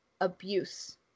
abuse